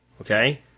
Okay